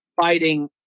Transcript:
fighting